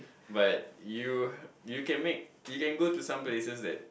but you you can make you can go to some places that